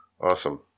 Awesome